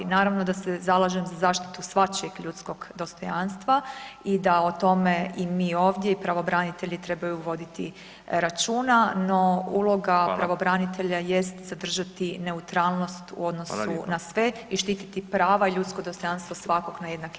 Naravno da se zalažem za zaštitu svačijeg ljudskog dostojanstva i da o tome i mi ovdje i pravobranitelji trebaju računa no uloga pravobranitelja jest zadržati neutralnost u odnosu na sve [[Upadica Radin: Hvala lijepa.]] i štititi prava i ljudsko dostojanstvo svakog na jednaki način.